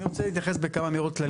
אני רוצה להתייחס בכמה אמירות כלליות.